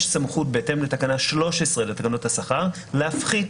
סמכות בהתאם לתקנה 13 לתקנות השכר להפחית.